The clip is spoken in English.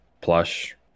plush